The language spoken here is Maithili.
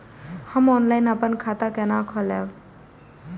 हम ऑनलाइन अपन खाता केना खोलाब?